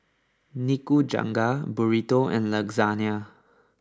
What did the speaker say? Nikujaga Burrito and Lasagna